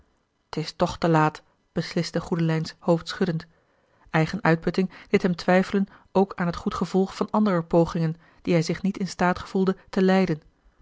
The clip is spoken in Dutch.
t is toch te laat beslistte goedelijns hoofdschuddend eigen uitputting deed hem twijfelen ook aan het goed gevolg van anderer pogingen die hij zich niet in staat gevoelde te leiden